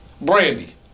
Brandy